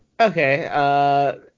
Okay